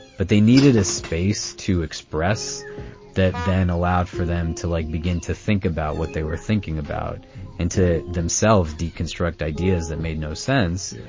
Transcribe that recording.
but they needed a space to express that, then allowed for them to like begin to think about what they were thinking about and to themselves deconstruct ideas that made no sense.